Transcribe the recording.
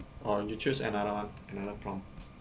or 你 choose another one another prompt